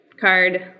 card